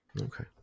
Okay